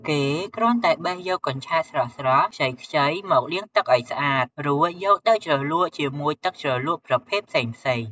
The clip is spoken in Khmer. គេគ្រាន់តែបេះយកកញ្ឆែតស្រស់ៗ ខ្ចីៗ មកលាងទឹកឲ្យស្អាត រួចយកទៅជ្រលក់ជាមួយទឹកជ្រលក់ប្រភេទផ្សេងៗ។